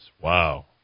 Wow